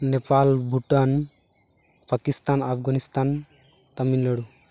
Nepal Bhutan Pakistan Afghanistan Tamil Nadu